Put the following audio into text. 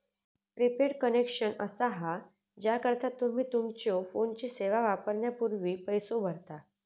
prepaid connection असा हा ज्याकरता तुम्ही तुमच्यो फोनची सेवा वापरण्यापूर्वी पैसो भरता